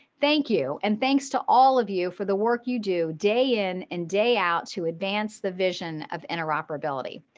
thank you. and thanks to all of you for the work you do day in and day out to advance the vision of interoperability.